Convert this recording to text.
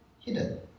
hidden